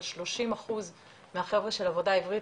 אבל 30% מהחבר'ה של 'עבודה עברית',